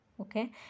okay